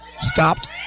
stopped